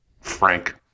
Frank